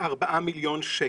בארבעה מיליון שקל.